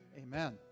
Amen